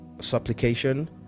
supplication